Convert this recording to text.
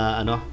ano